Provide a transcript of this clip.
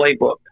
playbook